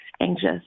anxious